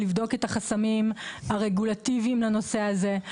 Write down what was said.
לבדוק את החסמים הרגולטיביים לנושא הזה.